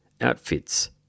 outfits